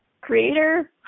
creator